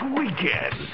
weekend